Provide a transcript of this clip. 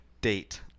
date